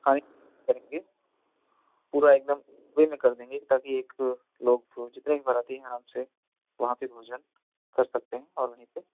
खाने का करेंगे पूरा एक दम पूरे में कर देंगे ताकि एक लोग जितने भी बराती हैं अराम से वहाँ पर भोजन कर सकते हैं और वहीं पर